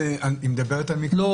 היא מדברת על מקרים --- אנחנו